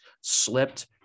slipped